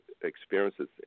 experiences